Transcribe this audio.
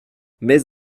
mes